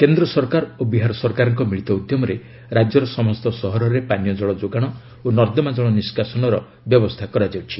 କେନ୍ଦ୍ର ସରକାର ଓ ବିହାର ସରକାରଙ୍କ ମିଳିତ ଉଦ୍ୟମରେ ରାଜ୍ୟର ସମସ୍ତ ସହରରେ ପାନୀୟଜଳ ଯୋଗାଣ ଓ ନର୍ଦ୍ଦମା ଜଳ ନିଷ୍କାସନର ବ୍ୟବସ୍ଥା କରାଯାଉଛି